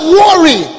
worry